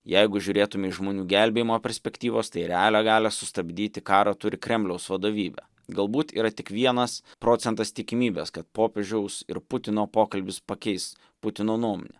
jeigu žiūrėtume iš žmonių gelbėjimo perspektyvos tai realią galią sustabdyti karą turi kremliaus vadovybė galbūt yra tik vienas procentas tikimybės kad popiežiaus ir putino pokalbis pakeis putino nuomonę